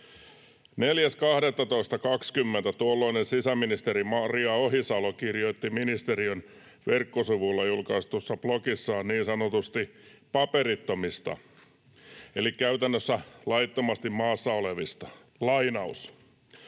4.12.2020 tuolloinen sisäministeri Maria Ohisalo kirjoitti ministeriön verkkosivuilla julkaistussa blogissaan niin sanotuista paperittomista eli käytännössä laittomasti maassa olevista: ”Osana